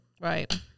Right